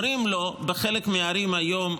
אומרים לו בחלק מהערים היום,